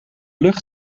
lucht